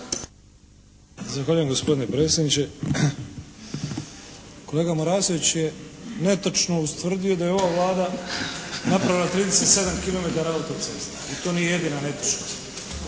Zahvaljujem gospodine predsjedniče. Kolega Marasović je netočno ustvrdio da je ova Vlada napravila 37 kilometar autoceste. I to nije jedina netočnost.